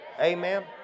Amen